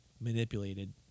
manipulated